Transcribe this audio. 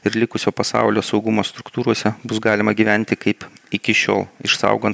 ir likusio pasaulio saugumo struktūrose bus galima gyventi kaip iki šiol išsaugant